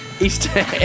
Easter